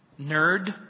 Nerd